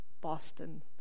Boston